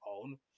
own